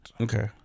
okay